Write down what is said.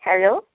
hello